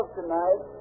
tonight